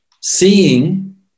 seeing